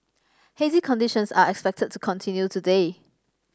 hazy conditions are expected to continue today